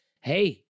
Hey